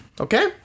Okay